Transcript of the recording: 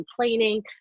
complaining